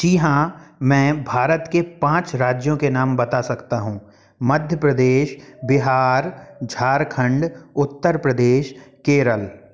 जी हाँ मैं भारत के पाँच राज्यों के नाम बता सकता हूँ मध्य प्रदेश बिहार झारखंड उत्तर प्रदेश केरल